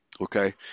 okay